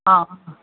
ആഹ്